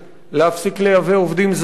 להפסיק לייבא עובדים זרים,